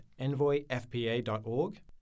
envoyfpa.org